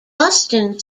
boston